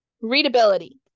Readability